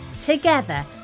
Together